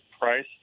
price